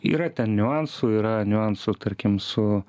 yra ten niuansų yra niuansų tarkim su